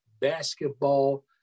basketball